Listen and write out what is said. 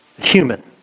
human